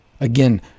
Again